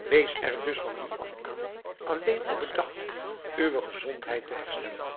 wees er dus van nu af aan alleen op bedacht uwe gezondheid te herstellen